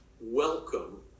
welcome